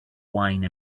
wine